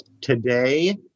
Today